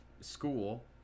school